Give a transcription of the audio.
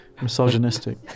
misogynistic